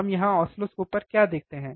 हम यहाँ ऑसिलोस्कोप पर क्या देखते हैं